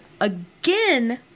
again